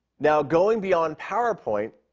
now, going beyond powerpoint,